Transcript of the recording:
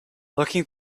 looking